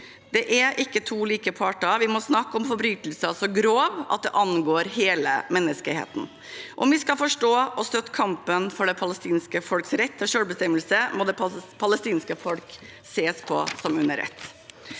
Det er ikke to like parter. Vi må snakke om forbrytelser så grove at de angår hele menneskeheten. Om vi skal forstå og støtte kampen for det palestinske folks rett til selvbestemmelse, må det palestinske folk ses på som under ett.